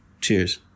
Cheers